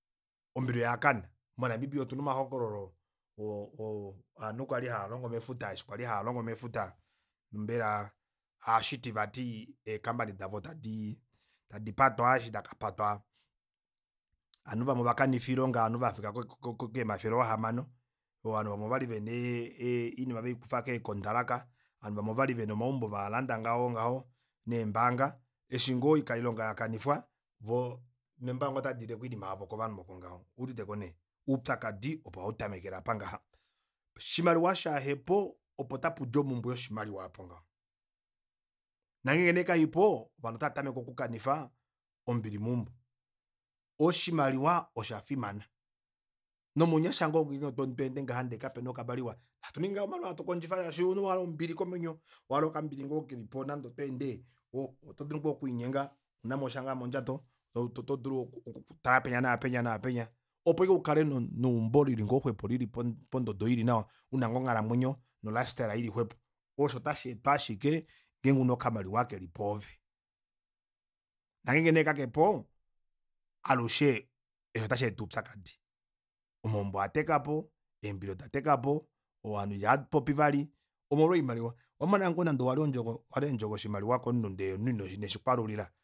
Ombili oyakana mo namibia otuna omahokololo o- o ovanhu kwali hava longo mefuta eshi kwali haalongo mefuta mbela ohashiti vati ee campany davo tadi patwa eshi dakapatwa ovanhu vamwe ovakanifa iilonga ovanhu vafika ko- ko keemafele oo ahamano ee ovanhu vamwe ovali vena ee iinima vikufa kee contract ovanhu vamwe ovali vena omaumbo vaalanda ngaho ngaho neembanga eshi ngoo ilonga yakanifwa voo otavaileko oinima yavo kovanhu oko ngaho owuuditeko nee oupyakadi opo hautamekele aapa ngaho oshimaliwa shaahepo opo tapudi omumbwe yoshimaliwa aapo ngaho nangenge nee kaipo ovanhu otaatameke okukanifa ombili meumbo oshimaliwa oshafimana nomounyasha ngoo ngenge otweende ngaha ndee kapena okamaliwa atuningi ngoo hatu kondjifa shaashi omunhu owahala ombili komwenyo owa hala okambili ngoo kelipo nande otweende oto dulu ngoo okulinyenga ounamosha ngoo mondjato oto dulu okutala penya naapenya naapenya opo aike ukale neumbo lili ngoo xwepo lili pondodo ili nawa una ngoo onghalamwenyo no life style ili xwepo osho ota sheetwa ashike ngenge una okamaliwa keli pwoove nongeenge nee kakepo alushe eshi otasheeta oupyakadi omaumbo okwa tekapo eembili odatekapo ovanhu ihava popi vali omolwo oimaliwa owamona ngoo nande owalya eendjo ko owalya eendjo koshimaliwa komunhu ndee omunhu ineshikwalulila